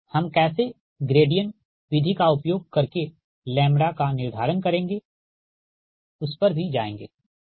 हम कैसे ग्रेडिएंट विधि का उपयोग करके लैम्ब्डा का निर्धारण करेंगे उस पर जाएंगे ठीक